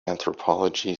anthropology